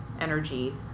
energy